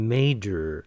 Major